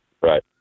Right